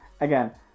again